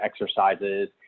exercises